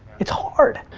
it's hard.